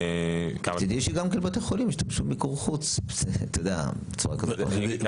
מצדי שגם בתי החולים ישתמשו במיקור חוץ בצורה כזאת או אחרת.